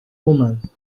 woman